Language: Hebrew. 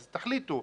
אז תחליטו,